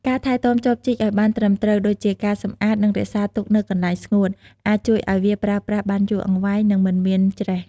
ការថែទាំចបជីកឱ្យបានត្រឹមត្រូវ ដូចជាការសម្អាត និងរក្សាទុកនៅកន្លែងស្ងួត អាចជួយឱ្យវាប្រើប្រាស់បានយូរអង្វែង និងមិនមានច្រេះ។